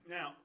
Now